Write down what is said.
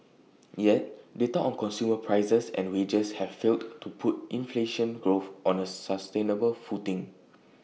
yet data on consumer prices and wages have failed to put inflation growth on A sustainable footing